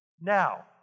Now